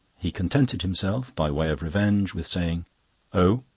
he contented himself, by way of revenge, with saying oh?